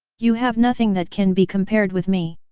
you have nothing that can be compared with me!